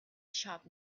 sharp